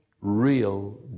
Real